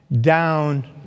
down